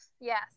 Yes